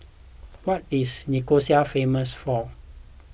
what is Nicosia famous for